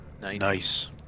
Nice